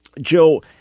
Joe